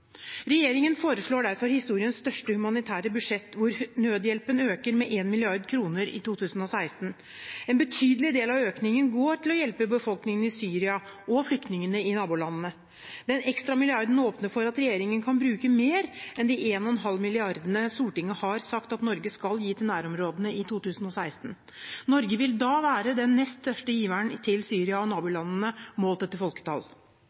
Regjeringen foreslår derfor historiens største humanitære budsjett, hvor nødhjelpen øker med 1 mrd. kr i 2016. En betydelig del av økningen går til å hjelpe befolkningen i Syria og flyktningene i nabolandene. Den ekstra milliarden åpner for at regjeringen kan bruke mer enn de 1,5 mrd. kr Stortinget har sagt at Norge skal gi til nærområdene i 2016. Norge vil da være den nest største giveren til Syria og nabolandene, målt etter folketall.